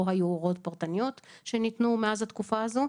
לא היו הוראות פרטניות שניתנו מאז התקופה הזו.